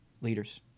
leaders